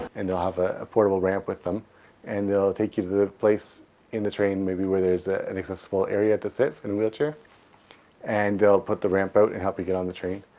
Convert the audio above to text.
and they'll have a portable ramp with them and they'll take you to the place in the train, maybe where there is an accessible area to sit in a wheelchair and they'll put the ramp out and help you get on the train